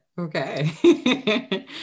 Okay